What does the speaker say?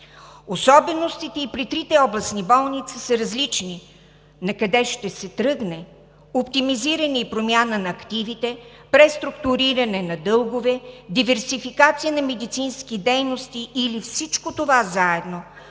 Особеностите и при трите областни болници са различни